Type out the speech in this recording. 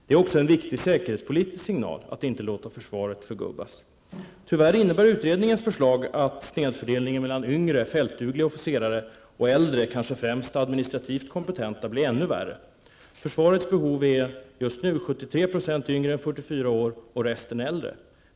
Det är också en viktig säkerhetspolitisk signal att inte låta försvaret förgubbas. Tyvärr innebär utredningens förslag att snedfördelningen mellan yngre, fältdugliga officerare och äldre, kanske främst administrativt kompetenta, blir ännu värre. Försvarets behov är just nu att 73 % skall vara yngre än 44 år och resten äldre.